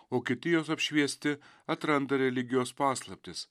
o kiti jos apšviesti atranda religijos paslaptis